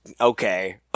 okay